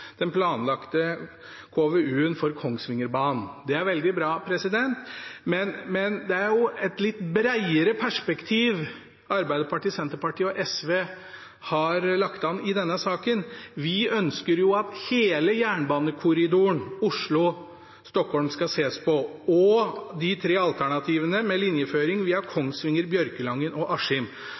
den planlagte KVU-en for Kongsvingerbanen. Det er veldig bra, men det er jo et litt bredere perspektiv Arbeiderpartiet, Senterpartiet og SV har lagt an i denne saken. Vi ønsker at hele jernbanekorridoren Oslo–Stockholm skal ses på, og de tre alternativene med linjeføring via Kongsvinger, Bjørkelangen og